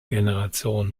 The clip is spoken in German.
generation